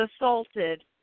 assaulted